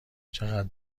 چقدر